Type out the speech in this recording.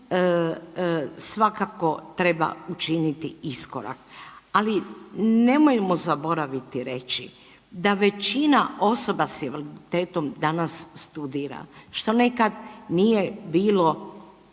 svakako treba učiniti iskorak. Ali, nemojmo zaboraviti reći da većina osoba s invaliditetom danas studira, što nekad nije bilo